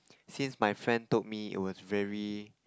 since my friend told me it was very